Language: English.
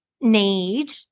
need